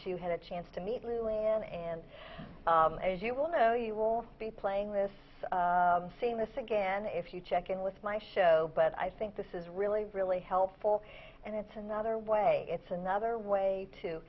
you had a chance to meet lou ann and as you well know you will be playing this famous again if you check in with my show but i think this is really really helpful and it's another way it's another way to